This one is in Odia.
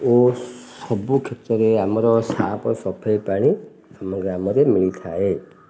ଓ ସବୁ କ୍ଷେତ୍ରରେ ଆମର ସାପ୍ ସଫାଇ ପାଣି ଆମ ଗ୍ରାମରେ ମିଳିଥାଏ